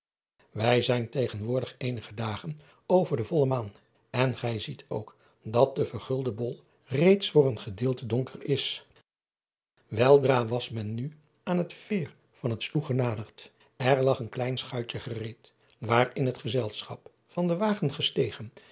ij zijn tegenwoordig eenige dagen over de volle maan en gij ziet ook dat de vergulde bol reeds voor een gedeelte donker is eldra was men nu aan het veer van het loe genaderd er lag een klein schuitje gereed waarin het gezelschap van den wagen gestegen